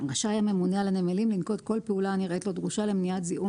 רשאי הממונה על הנמלים לנקוט כל פעולה הנראית לו דרושה למניעת זיהום